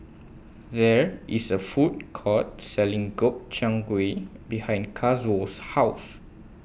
There IS A Food Court Selling Gobchang Gui behind Kazuo's House